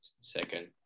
second